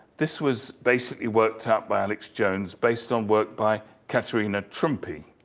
this was basically worked out by alex jones, based on work by catarina trumpy.